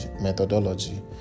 methodology